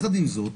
עם זאת,